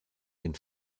den